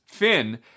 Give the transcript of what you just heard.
Finn